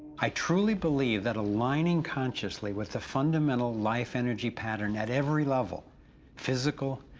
i truely believe that aligning conciously with a fundamental life energy pattern, at every level physical,